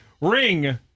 Ring